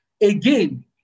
again